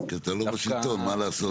כי אתה לא משלטון, מה לעשות?